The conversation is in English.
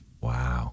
Wow